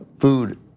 food